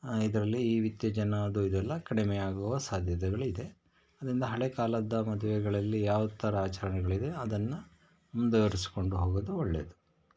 ಇದರಲ್ಲಿ ಈ ವಿಚ್ಛೇದನ ಅದೂ ಇದೂ ಎಲ್ಲ ಕಡಿಮೆಯಾಗುವ ಸಾಧ್ಯತೆಗಳು ಇದೆ ಅದರಿಂದ ಹಳೆಯ ಕಾಲದ ಮದುವೆಗಳಲ್ಲಿ ಯಾವ ಥರ ಆಚರಣೆಗಳಿದೆ ಅದನ್ನು ಮುಂದುವರಿಸ್ಕೊಂಡು ಹೋಗೋದು ಒಳ್ಳೆಯದು